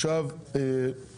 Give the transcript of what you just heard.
אחרי סעיף 65(א),